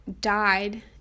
died